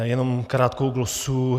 Jenom krátkou glosu.